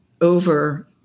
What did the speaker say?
over